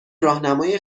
راهنمای